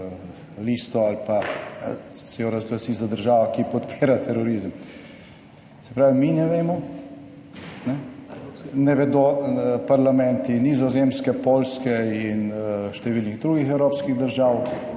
listo ali pa, se jo razglasi za državo, ki podpira terorizem«. Se pravi, mi ne vemo, ne vedo parlamenti Nizozemske, Poljske in številnih drugih evropskih držav,